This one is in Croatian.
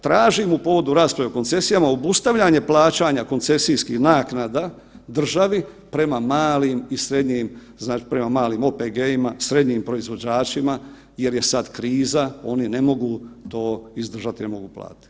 Tražim u povodu rasprave o koncesijama obustavljanje plaćanja koncesijskih naknada državi prema malim i srednjim, prema malim OPG-ima, srednjim proizvođačima jer je sad kriza, oni ne mogu to izdržat, ne mogu platit.